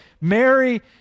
mary